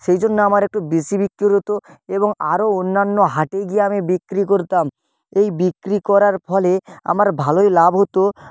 সেই জন্য আমার একটু বেশি বিক্রির হতো এবং আরো অন্যান্য হাটে গিয়ে আমি বিক্রি করতাম এই বিক্রি করার ফলে আমার ভালোই লাভ হতো